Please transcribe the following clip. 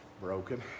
Broken